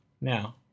Now